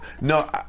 no